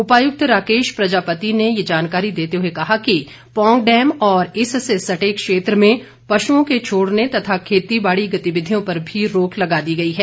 उपायुक्त राकेश प्रजापति ने ये जानकारी देते हुए कहा कि पौंग डैम और इससे सटे क्षेत्र में पशुओं के छोड़ने तथा खेतीबाड़ी गतिविधियों पर भी रोक लगा दी गई है